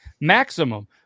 maximum